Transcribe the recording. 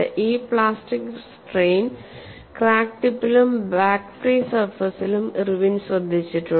ഈ plastic strain crack ടിപ്പിലും back free സർഫസിലും ഇർവിൻ ശ്രദ്ധിച്ചിട്ടുണ്ട്